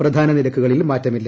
പ്രധാന നിരക്കുകളിൽ മാ്റ്റമില്ല